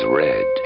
red